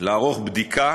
לערוך בדיקה